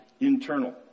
internal